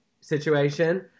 situation